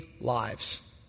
lives